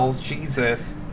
Jesus